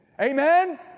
Amen